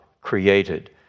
created